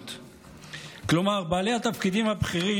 כלומר בעלי התפקידים הבכירים,